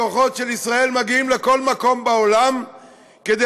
כוחות של ישראל מגיעים לכל מקום בעולם כדי